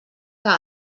que